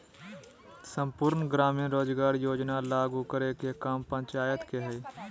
सम्पूर्ण ग्रामीण रोजगार योजना लागू करे के काम पंचायत के हय